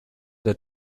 der